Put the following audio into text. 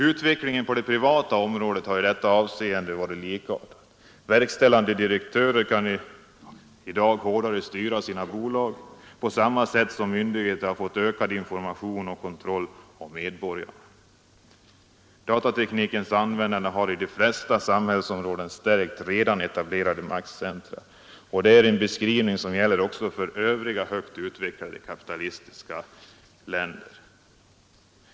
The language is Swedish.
Utvecklingen på det privata området har i detta avseende varit likartad. Verkställande direktörer kan i dag hårdare styra sina bolag på samma sätt som myndigheterna har fått ökad information om och kontroll av medborgarna. Datateknikens användande har inom de flesta samhällsområden stärkt redan etablerade maktcentra. Det är en beskrivning som gäller också för övriga högt utvecklade kapitalistiska länder.